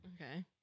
Okay